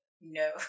No